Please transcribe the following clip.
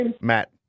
Matt